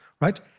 right